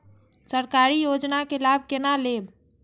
सरकारी योजना के लाभ केना लेब?